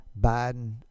Biden